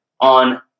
on